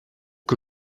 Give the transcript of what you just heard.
que